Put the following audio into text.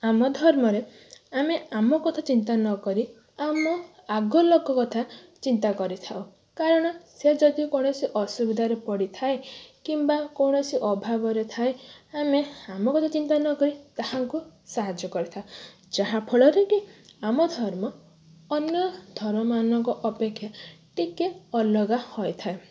ଆମ ଧର୍ମରେ ଆମେ ଆମ କଥା ଚିନ୍ତା ନ କରି ଆମ ଆଗ ଲୋକ କଥା ଚିନ୍ତା କରିଥାଉ କାରଣ ସେ ଯଦି କୌଣସି ଅସୁବିଧାରେ ପଡ଼ିଥାଏ କିମ୍ବା କୌଣସି ଅଭାବରେ ଥାଏ ଆମେ ଆମ କଥା ଚିନ୍ତା ନ କରି ତାହାଙ୍କୁ ସାହାଯ୍ୟ କରିଥାଉ ଯାହାଫଳରେ କି ଆମ ଧର୍ମ ଅନ୍ୟ ଧର୍ମମାନଙ୍କ ଅପେକ୍ଷା ଟିକେ ଅଲଗା ହୋଇଥାଏ